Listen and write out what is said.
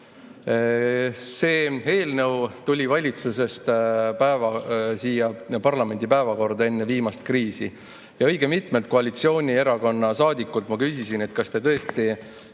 See eelnõu tuli valitsusest siia parlamendi päevakorda enne viimast kriisi. Õige mitmelt koalitsioonierakonna saadikult ma küsisin, kas tõesti